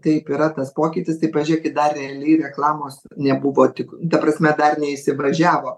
taip yra tas pokytis tai pažiūrėkit dar realiai reklamos nebuvo tik ta prasme dar neįsivažiavo